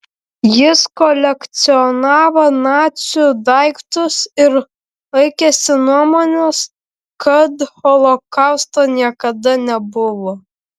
jis kolekcionavo nacių daiktus ir laikėsi nuomonės kad holokausto niekada nebuvo